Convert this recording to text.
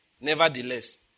Nevertheless